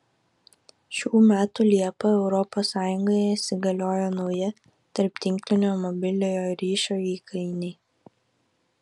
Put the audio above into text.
šių metų liepą europos sąjungoje įsigaliojo nauji tarptinklinio mobiliojo ryšio įkainiai